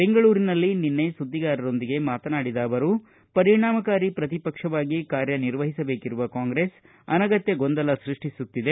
ಬೆಂಗಳೂರಿನಲ್ಲಿ ನಿನ್ನೆ ಸುದ್ದಿಗಾರರೊಂದಿಗೆ ಮಾತನಾಡಿದ ಅವರು ಪರಿಣಾಮಕಾರಿ ಪ್ರತಿಪಕ್ಷವಾಗಿ ಕಾರ್ಯ ನಿರ್ವಹಿಸಬೇಕಿರುವ ಕಾಂಗ್ರೆಸ್ ಅನಗತ್ತ ಗೊಂದಲ ಸೃಷ್ಟಿಸುತ್ತಿದೆ